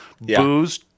Booze